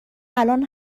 الان